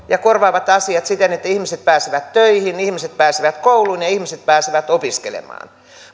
ja korvaavat asiat siten että ihmiset pääsevät töihin ihmiset pääsevät kouluun ja ihmiset pääsevät opiskelemaan